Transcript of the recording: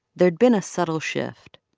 there had been a subtle shift.